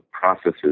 processes